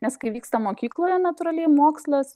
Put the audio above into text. nes kai vyksta mokykloje natūraliai mokslas